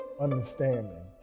understanding